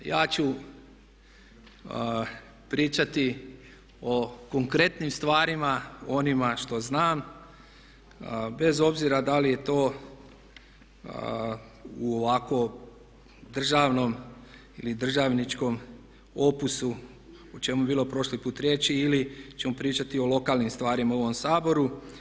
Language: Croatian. Ja ću pričati o konkretnim stvarima, o onima što znam bez obzira da li je to u ovako državnom ili državničkom opusu o čemu je bilo prošli put riječi ili ćemo pričati o lokalnim stvarima u ovom Saboru.